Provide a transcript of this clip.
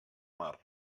mar